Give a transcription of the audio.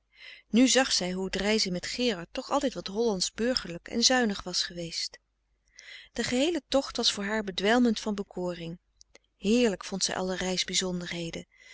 nu zag zij hoe t reizen met gerard toch altijd wat hollands burgerlijk en zuinig was geweest de geheele tocht was voor haar bedwelmend van bekoring heerlijk vond zij alle